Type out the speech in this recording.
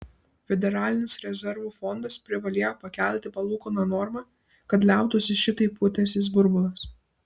federalinis rezervų fondas privalėjo pakelti palūkanų normą kad liautųsi šitaip pūtęsis burbulas